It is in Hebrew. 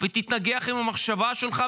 ותתנגח עם המחשבה שלך,